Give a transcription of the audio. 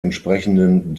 entsprechenden